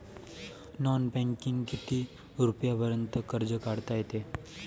Non बँकिंगनं किती रुपयापर्यंत कर्ज काढता येते?